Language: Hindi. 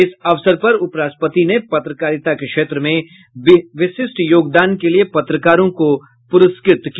इस अवसर पर उपराष्ट्रपति ने पत्रकारिता के क्षेत्र में विशिष्ट योगदान के लिए पत्रकारों को पुरस्कृत किया